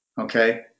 Okay